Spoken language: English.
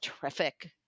terrific